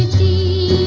v